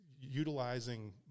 utilizing